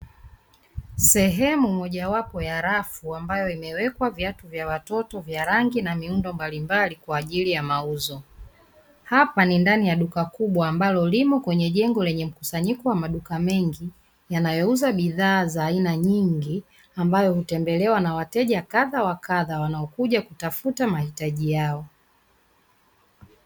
Sehemu mojawapo ya rafu ambayo imewekwa viatu vya watoto vya rangi na miundo mbalimbali kwa ajili ya mauzo, hapa ni ndani ya duka ubwa ambalo limo kwenye jengo lenye mkusanyiko wa maduka mengi yanayouza bidhaa za aina nyingi ambayo hutembelewa na wateja kadha wa kadha wanaokuja kutafuta mahitaji yao.